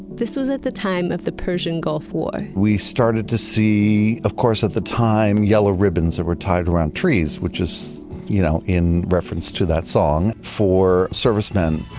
this was at the time of the persian gulf war we started to see, of course at the time, yellow ribbons that were tied around trees, which is you know in reference to that song for servicemen